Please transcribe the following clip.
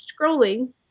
scrolling